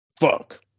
Fuck